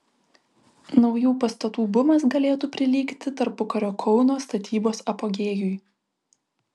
naujų pastatų bumas galėtų prilygti tarpukario kauno statybos apogėjui